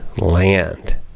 land